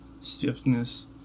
stiffness